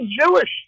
Jewish